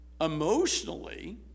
emotionally